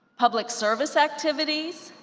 public service activities,